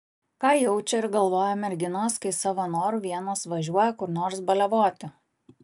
ką jaučia ir galvoja merginos kai savo noru vienos važiuoja kur nors baliavoti